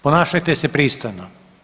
Ponašajte se pristojno!